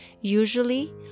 Usually